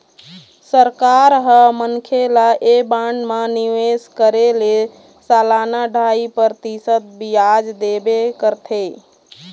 सरकार ह मनखे ल ऐ बांड म निवेश करे ले सलाना ढ़ाई परतिसत बियाज देबे करथे